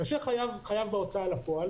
כאשר אדם חייב להוצאה לפועל,